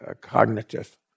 cognitive